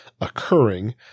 occurring